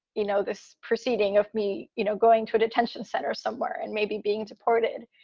you know, this proceeding of me, you know, going to a detention center somewhere and maybe being deported.